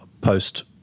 post